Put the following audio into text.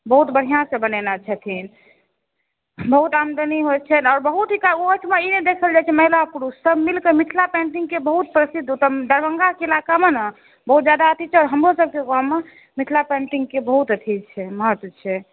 बहुत बढ़िऑंसँ बनेने छथिन बहुत आमदनी होइ छनि आओर बहुत टिकाउ ओहि सभ मे ई नहि देखल जाइ छै बहुत महिला पुरुष सभ मिलकऽ मिथिला पेन्टिंगके बहुत प्रसिद्ध ओतऽ दरभङ्गाके इलाकामे ने बहुत जादा अथी छै आओर हमरो सभके गाँवमे मिथिला पेन्टिंगके अथी महत्व छै